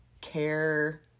care